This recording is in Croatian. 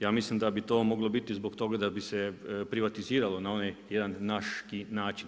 Ja mislim da bi to moglo biti zbog toga da bi se privatiziralo na onaj jedan naški način.